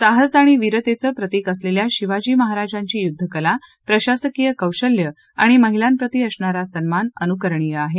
साहस आणि वीरतेचं प्रतीक असलेल्या शिवाजी महाराजांची युद्धकला प्रशासकीय कौशल्य आणि महिलांप्रती असणारा सन्मान अनुकरणीय आहे